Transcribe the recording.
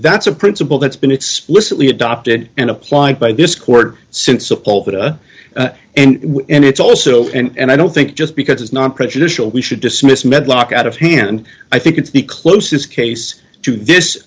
that's a principle that's been explicitly adopted and applied by this court since a poll and and it's also and i don't think just because it's not prejudicial we should dismiss med locke out of hand i think it's the closest case to this